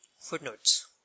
footnotes